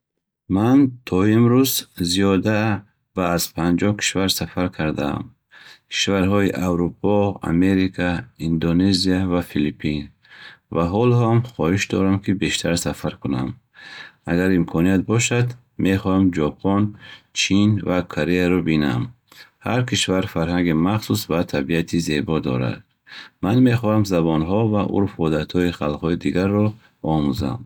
Ман то имрӯз зиёда ба аз 50 кишвар сафар кардаам: кишварҳои Аврупо, Америка, Индонезия ва Филипин. Ва ҳоло ҳам хоҳиш дорам, ки бештар сафар кунам. Агар имконият бошад, мехоҳам Ҷопон, Чин ва Кореяро бинам. Ҳар кишвар фарҳанги махсус ва табиати зебо дорад. Ман мехоҳам забонҳо ва урфу одатҳои халқҳои дигарро омӯзам.